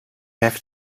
have